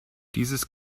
dieses